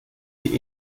die